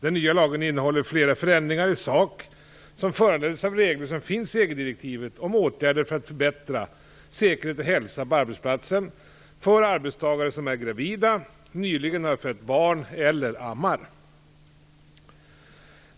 Den nya lagen innehåller flera förändringar i sak som föranleds av regler som finns i EG-direktivet om åtgärder för att förbättra säkerhet och hälsa på arbetsplatsen för arbetstagare som är gravida, nyligen har fött barn eller ammar.